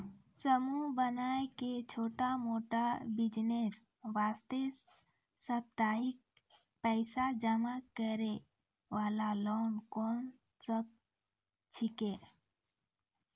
समूह बनाय के छोटा मोटा बिज़नेस वास्ते साप्ताहिक पैसा जमा करे वाला लोन कोंन सब छीके?